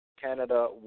Canada